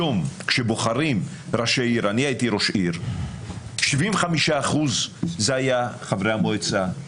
אני הייתי ראש עיר, 75% היו חברי המועצה,